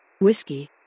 Whiskey